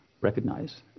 recognize